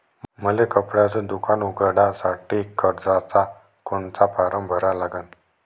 मले कपड्याच दुकान उघडासाठी कर्जाचा कोनचा फारम भरा लागन?